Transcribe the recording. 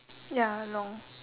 ya long